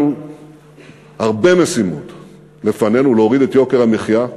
הרבה משימות לפנינו: להוריד את יוקר המחיה,